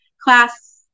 class